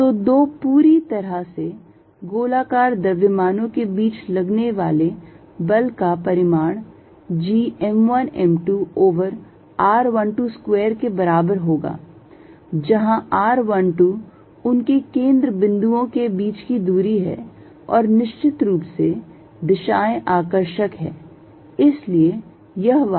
तो दो पूरी तरह से गोलाकार द्रव्यमानों के बीच लगने वाले बल का परिमाण G m1 m2 over r12 square के बराबर होगा जहां r12 उनके केंद्र बिंदुओं के बीच की दूरी है और निश्चित रूप से दिशाएं आकर्षक हैं इसलिए यह वाला